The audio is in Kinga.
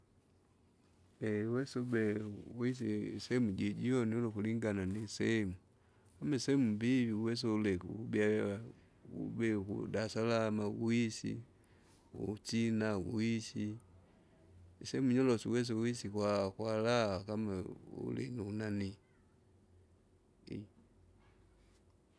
wesa ubehe wisi isemu jujune ulu ukulingana nisemu, kama isemu mbivi uwesa uliki ukubyawiwa, ubihi kudasalama gwishi, kuchina gwishi. Isehemu nyorosu uwese ukuwisi kwa- kwaraha kama uligi unanii.